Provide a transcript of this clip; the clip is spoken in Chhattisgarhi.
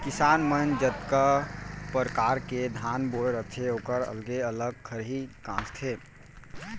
किसान मन जतका परकार के धान बोए रथें ओकर अलगे अलग खरही गॉंजथें